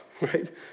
Right